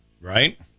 Right